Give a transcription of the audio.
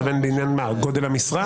אתה מתכוון בעניין גודל המשרה?